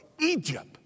Egypt